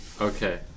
okay